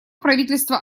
правительство